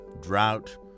drought